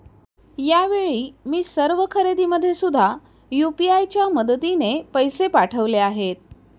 यावेळी मी सर्व खरेदीमध्ये सुद्धा यू.पी.आय च्या मदतीने पैसे पाठवले आहेत